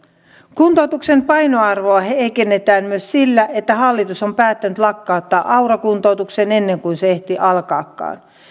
kuntoutuksen painoarvoa heikennetään myös sillä että hallitus on päättänyt lakkauttaa aura kuntoutuksen ennen kuin se ehti alkaakaan